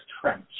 Trench